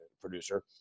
producer